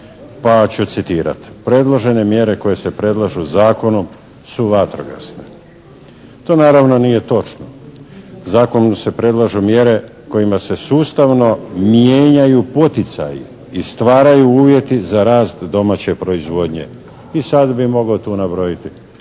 pa ću citirati. Predložene mjere koje se predlažu zakonom su vatrogasne. To naravno nije točno. Zakonom se predlažu mjere kojima se sustavno mijenjaju poticaji i stvaraju uvjeti za rast domaće proizvodnje i sad bih mogao tu nabrojiti